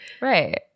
Right